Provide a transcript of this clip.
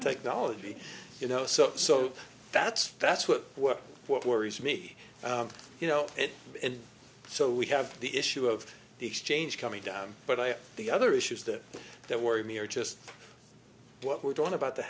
technology you know so so that's that's what we're what worries me you know and so we have the issue of the exchange coming down but i the other issues that that worry me are just what we're doing about the